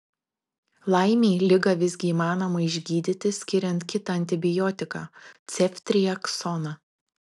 laimei ligą visgi įmanoma išgydyti skiriant kitą antibiotiką ceftriaksoną